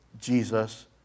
Jesus